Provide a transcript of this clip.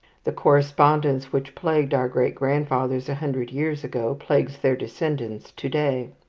the correspondence which plagued our great-grandfathers a hundred years ago, plagues their descendants to-day.